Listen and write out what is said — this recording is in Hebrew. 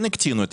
הם כן הקטינו את